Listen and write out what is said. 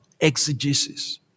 exegesis